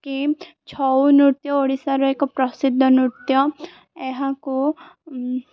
କି ଛଉ ନୃତ୍ୟ ଓଡ଼ିଶାର ଏକ ପ୍ରସିଦ୍ଧ ନୃତ୍ୟ ଏହାକୁ